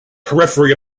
periphery